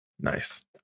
Nice